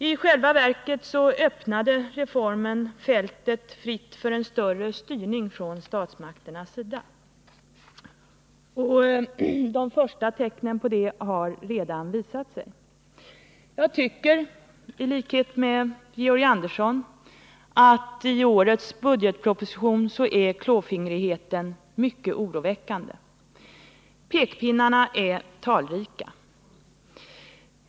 I själva verket lämnade reformen fältet fritt för en kraftigare styrning från statsmakternas sida. De första tecknen på detta har redan visat sig. Jag tycker i likhet med Georg Andersson att i årets budgetproposition är klåfingrigheten direkt oroväckande. Pekpinnarna är talrika.